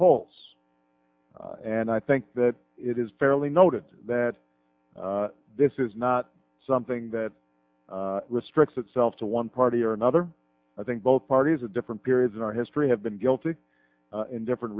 polls and i think that it is fairly noted that this is not something that restricts itself to one party or another i think both parties at different periods in our history have been guilty in different